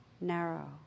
narrow